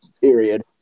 period